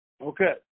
Okay